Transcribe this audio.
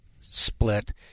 split